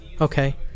Okay